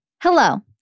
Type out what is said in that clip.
Hello